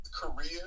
Korea